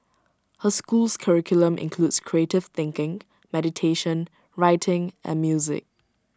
her school's curriculum includes creative thinking meditation writing and music